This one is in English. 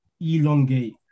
elongate